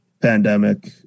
pandemic